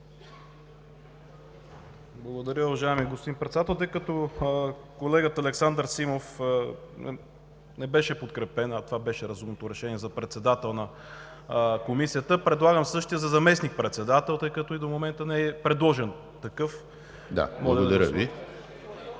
Благодаря, уважаеми господин Председател. Тъй като колегата Александър Симов не беше подкрепен, а това беше разумното решение за председател на Комисията, предлагам същия за заместник-председател, тъй като и до момента такъв не е предложен. Благодаря.